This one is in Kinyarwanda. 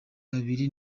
babiri